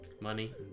money